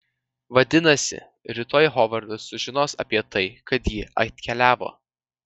vadinasi rytoj hovardas sužinos apie tai kad ji atkeliavo